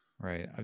Right